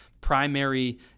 primary